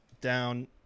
Down